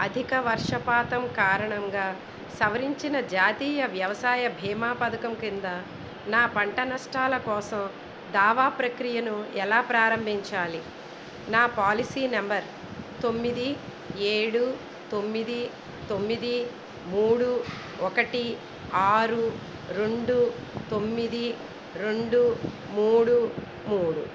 అధిక వర్షపాతం కారణంగా సవరించిన జాతీయ వ్యవసాయ బీమా పథకం కింద నా పంట నష్టాల కోసం దావా ప్రక్రియను ఎలా ప్రారంభించాలి నా పాలసీ నెంబర్ తొమ్మిది ఏడు తొమ్మిది తొమ్మిది మూడు ఒకటి ఆరు రెండు తొమ్మిది రెండు మూడు మూడు